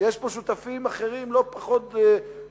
יש פה שותפים אחרים לא פחות דורשים.